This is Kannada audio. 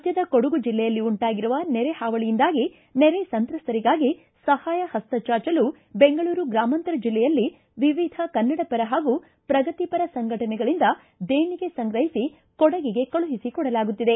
ರಾಜ್ಞದ ಕೊಡಗು ಜಿಲ್ಲೆಯಲ್ಲಿ ಉಂಟಾಗಿರುವ ನೆರೆ ಹಾವಳಿಯಿಂದಾಗಿ ನೆರೆ ಸಂತ್ರಸ್ವರಿಗಾಗಿ ಸಹಾಯ ಹಸ್ತ ಚಾಚಲು ಬೆಂಗಳೂರು ಗ್ರಾಮಾಂತರ ಜಿಲ್ಲೆಯಲ್ಲಿ ವಿವಿಧ ಕನ್ನಡಪರ ಹಾಗು ಪ್ರಗತಿಪರ ಸಂಘಟನೆಗಳಿಂದ ದೇಣಿಗೆ ಸಂಗ್ರಹಿಸಿ ಕೊಡಗಿಗೆ ಕಳುಹಿಸಿ ಕೊಡಲಾಗುತ್ತಿದೆ